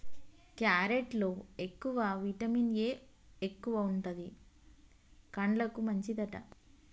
carrot లో ఎక్కువగా vitamin A ఎక్కువుంటది, కండ్లకు మంచిదట